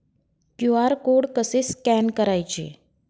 QR code कसे scan करायचे?